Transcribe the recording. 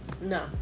no